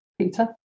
Peter